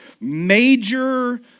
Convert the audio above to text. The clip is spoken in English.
major